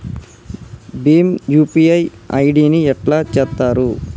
Bhim UPI ID ని ఎట్లా చేత్తరు?